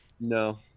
No